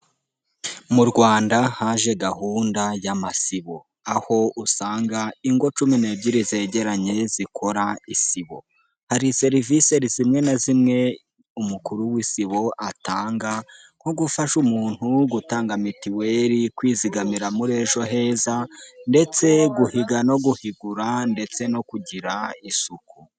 Mu Rwanda haje gahunda ya masibo, aho usanga ingo cumi n'ebyiri zegeranye zikora isibo, hari service zimwe na zimwe umukuru w'isibo atanga, nko gufasha umuntu gutanga mutuelle, kwizigamira muri ejo heza, ndetse guhiga no guhigura, ndetse no kugira isuku.